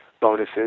bonuses